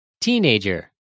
Teenager